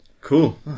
cool